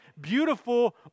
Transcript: beautiful